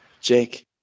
Jake